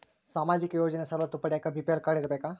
ಸಾಮಾಜಿಕ ಯೋಜನೆ ಸವಲತ್ತು ಪಡಿಯಾಕ ಬಿ.ಪಿ.ಎಲ್ ಕಾಡ್೯ ಇರಬೇಕಾ?